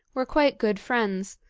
were quite good friends,